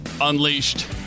Unleashed